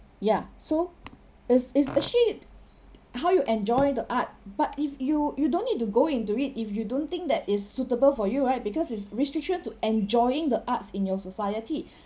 yeah so it's it's actually it how you enjoy the art but if you you don't need to go into it if you don't think that it's suitable for you right because it's restrictions to enjoying the arts in your society